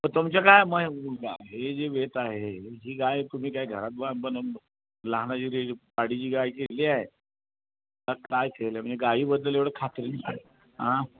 मग तुमच्या काय मग हे जी वेत आहे जी गाय तुम्ही काय घरात बा बनव लहानाची जी पाडीची गायची केली आहे का काय केलं म्हणजे गाईबद्दल एवढं खात्रीनं सांगता हां